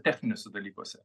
techniniuose dalykuose